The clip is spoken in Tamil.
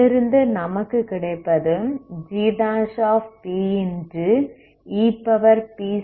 இதிலிருந்து நமக்கு கிடைப்பது gp